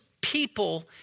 people